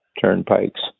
Turnpikes